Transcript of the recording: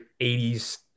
80s